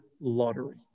Lottery